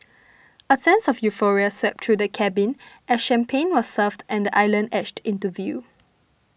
a sense of euphoria swept through the cabin as champagne was served and the island edged into view